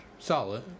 Solid